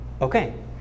Okay